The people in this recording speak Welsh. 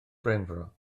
benfro